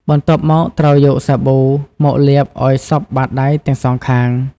បន្ទាប់មក ត្រូវយកសាប៊ូ មកលាបឱ្យសព្វបាតដៃទាំងសងខាង។